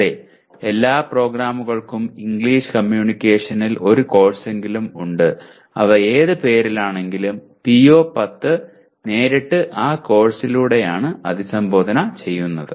അതെ എല്ലാ പ്രോഗ്രാമുകൾക്കും ഇംഗ്ലീഷ് കമ്മ്യൂണിക്കേഷനിൽ ഒരു കോഴ്സെങ്കിലും ഉണ്ട് അവ ഏത് പേരിലാണെങ്കിലും PO10 നേരിട്ട് ആ കോഴ്സിലൂടെയാണ് അഭിസംബോധന ചെയ്യുന്നത്